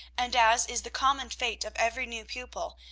and as is the common fate of every new pupil,